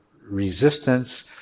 resistance